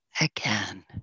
again